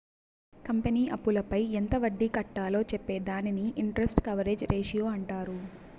company అప్పులపై ఎంత వడ్డీ కట్టాలో చెప్పే దానిని ఇంటరెస్ట్ కవరేజ్ రేషియో అంటారు